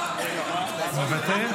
מוותר?